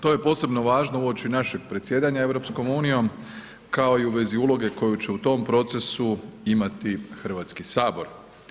To je posebno važno uoči našeg predsjedanja EU kao i u vezi uloge koju će u tom procesu imati Hrvatski sabor.